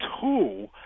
two